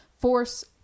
force